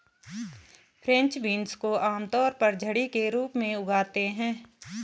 French beans को आमतौर पर झड़ी के रूप में उगाते है